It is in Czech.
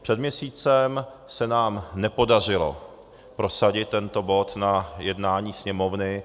Před měsícem se nám nepodařilo prosadit tento bod na jednání Sněmovny.